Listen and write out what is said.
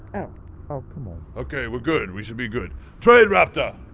ow. oh, come on ok. we're good. we should be good trade raptor,